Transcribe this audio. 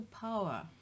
power